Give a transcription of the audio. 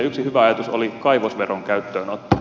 yksi hyvä ajatus oli kaivosveron käyttöönotto